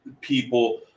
people